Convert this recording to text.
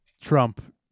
Trump